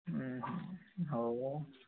ହୁଁ ହୁଁ ହଉ